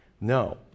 No